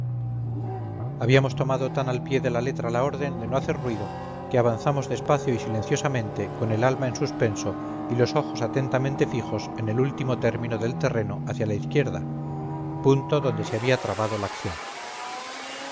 habíamos tomado tan al pie de la letra la orden de no hacer ruido que avanzamos despacio y silenciosamente con el alma en suspenso y los ojos atentamente fijos en el último términodel terreno hacia la izquierda punto donde se había trabado la acción